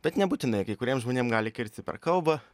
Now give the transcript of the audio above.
bet nebūtinai kai kuriem žmonėm gali kirsti per kalbą